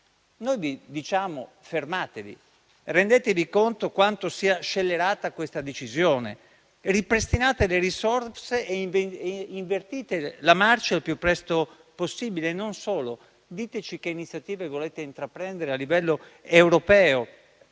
chiediamo di fermarvi, di rendervi conto di quanto sia scellerata questa decisione, di ripristinare le risorse e invertire la marcia il più presto possibile. Non solo: diteci che iniziative volete intraprendere a livello europeo